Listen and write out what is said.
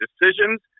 decisions